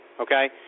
okay